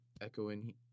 echoing